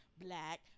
Black